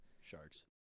Sharks